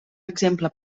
exemple